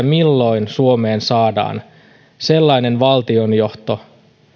milloin suomeen saadaan sellainen valtionjohto